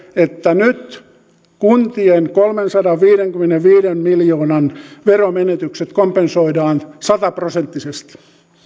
että nyt kuntien kolmensadanviidenkymmenenviiden miljoonan veromenetykset kompensoidaan sataprosenttisesti